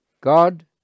God